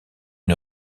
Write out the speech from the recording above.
une